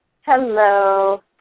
Hello